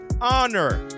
honor